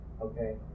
Okay